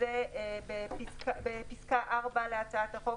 שזה בפסקה (4) להצעת החוק,